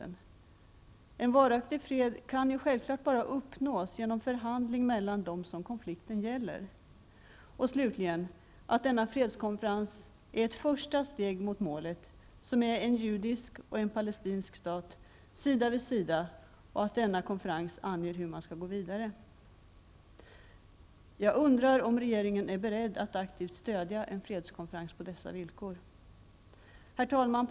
En varaktig fred kan ju självklart uppnås bara genom förhandling mellan dem som konflikten gäller; -- slutligen att denna fredskonferens är ett första steg mot målet som är en judisk och en palestinsk stat sida vid sida och att denna konferens anger hur man skall gå vidare. Jag undrar om regeringen är beredd att aktivt stödja en fredskonferens på dessa villkor. Herr talman!